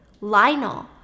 Lionel